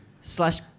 slash